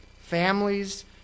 families